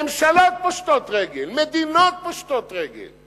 ממשלות פושטות רגל, מדינות פושטות רגל.